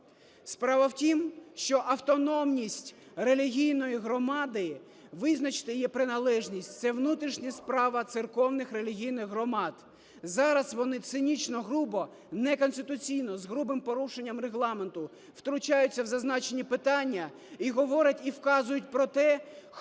Справа в тім, що автономність релігійної громади, визначити її приналежність – це внутрішня справа церковних, релігійних громад. Зараз вони цинічно, грубо, неконституційно, з грубим порушенням Регламенту втручаються в зазначені питання і говорять, і вказують про те, хто